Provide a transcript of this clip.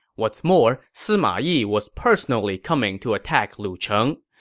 what's more, sima yi was personally coming to attack lucheng.